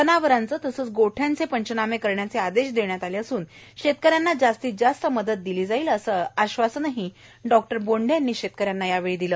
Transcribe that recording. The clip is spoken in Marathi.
जनावरांचं तसंच गोठ्याचे पंचनामे करण्याचे आदेश देण्यात आले असून शेतकऱ्यांना जास्तीत जास्त मदत दिली जाईल असं आश्वासनही त्यांनी शेतकऱ्यांना यावेळी दिले